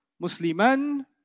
Musliman